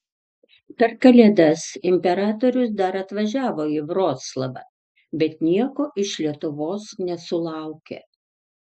per kalėdas imperatorius dar atvažiavo į vroclavą bet nieko iš lietuvos nesulaukė